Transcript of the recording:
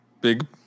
big